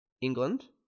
England